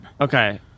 Okay